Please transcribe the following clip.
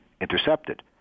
intercepted